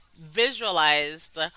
visualized